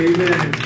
Amen